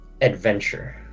Adventure